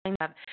up